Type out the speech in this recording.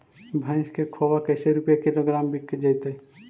भैस के खोबा कैसे रूपये किलोग्राम बिक जइतै?